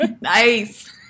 Nice